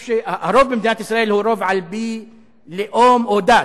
הרוב במדינת ישראל הוא רוב על-פי לאום או דת,